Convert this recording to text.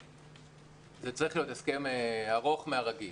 זה צריך להיות הסכם ארוך מהרגיל.